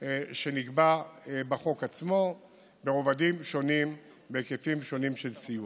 שנקבע בחוק עצמו ברבדים שונים ובהיקפים שונים של סיוע.